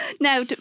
Now